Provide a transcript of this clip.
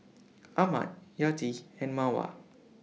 Ahmad Yati and Mawar